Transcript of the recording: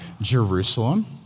Jerusalem